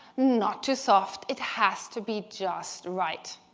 not too soft it has to be just right.